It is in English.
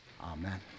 Amen